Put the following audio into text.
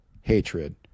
hatred